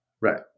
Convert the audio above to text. Right